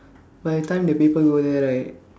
by the time the paper go there right